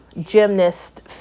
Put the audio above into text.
gymnast